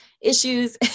issues